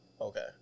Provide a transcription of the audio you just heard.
Okay